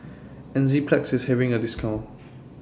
Enzyplex IS having A discount